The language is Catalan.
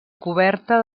coberta